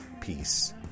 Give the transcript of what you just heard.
peace